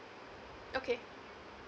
okay